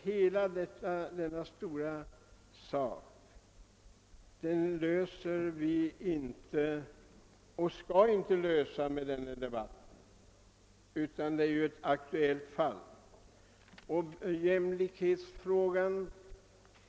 Hela denna stora fråga löses emellertid inte och bör inte heller lösas genom den här debatten utan nu gäller det ju ett särskilt fall.